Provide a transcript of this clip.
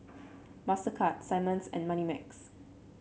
Mastercard Simmons and Moneymax